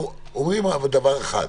אנחנו אומרים רק דבר אחד: